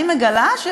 ואני מגלה,